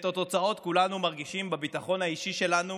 ואת התוצאות כולנו מרגישים בביטחון האישי שלנו